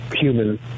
human